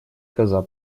коза